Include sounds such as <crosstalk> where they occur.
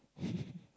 <laughs>